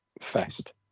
Fest